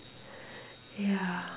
ya